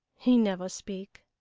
he never speak.